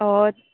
অঁ